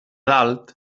dalt